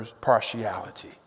partiality